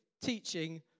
teaching